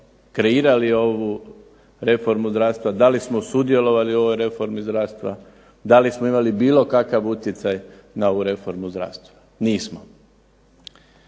kreirali ovu reformu zdravstva, da li smo sudjelovali u ovoj reformi zdravstva? Da li smo imali bilo kakav utjecaj na ovu reformu zdravstva? Nismo.